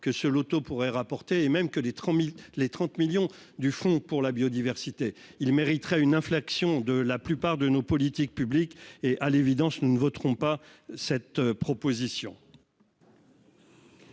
que ce Loto pourrait rapporter et même que les 30 les 30 millions du fonds pour la biodiversité, il mériterait une inflexion de la plupart de nos politiques publiques et à l'évidence, nous ne voterons pas cette proposition.